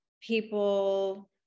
people